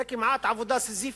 זו כמעט עבודה סיזיפית.